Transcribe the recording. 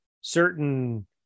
certain